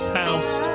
house